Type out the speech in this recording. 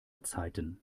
zeiten